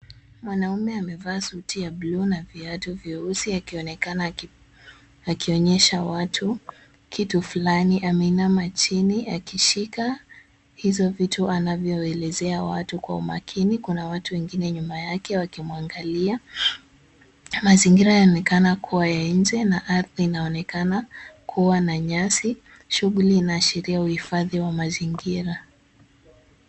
Mwanaume amevaa suti ya bluu na viatu vyeusi akionekana akionyesha watu kitu fulani, ameinama chini akishika hizo vitu anavyoelezea wayu kwa makini. Kuna watu wengine nyuma yake wakimwangalia. Mazingira yanaonekana kuwa ya nje na ardhi inaonekana kuwa na nyasi. Shughuli inaashiria uhifadhi wa mazingira.